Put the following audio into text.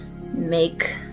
make